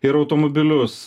ir automobilius